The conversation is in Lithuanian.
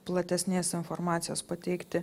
platesnės informacijos pateikti